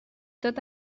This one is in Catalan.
tot